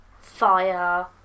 fire